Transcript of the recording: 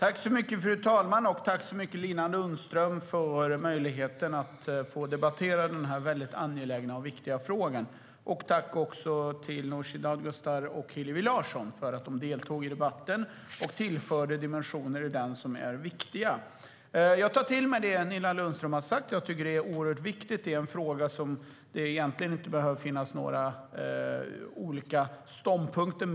Fru talman! Tack, Nina Lundström, för möjligheten att få debattera denna angelägna och viktiga fråga! Tack också till Nooshi Dadgostar och Hillevi Larsson för att ni har deltagit i debatten och tillfört viktiga dimensioner! Jag tar till mig det Nina Lundström har sagt. Jag tycker att det är oerhört viktigt. Det är en fråga där det egentligen inte finns skilda ståndpunkter.